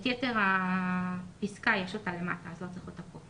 את יתר הפסקה יש למטה אז לא צריך אותה פה.